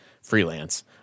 freelance